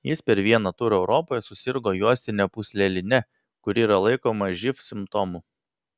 jis per vieną turą europoje susirgo juostine pūsleline kuri yra laikoma živ simptomu